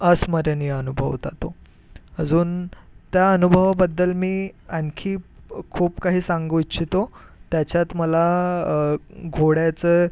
अस्मरणीय अनुभव होता तो अजून त्या अनुभवाबद्दल मी आणखी खूप काही सांगू इच्छितो त्याच्यात मला घोड्याचं